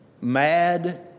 mad